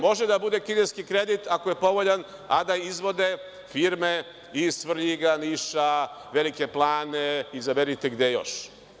Može da bude kineski kredit, ako je povoljan, a da izvode firme iz Svrljiga, Niša, Velike Plane, izaberite gde još.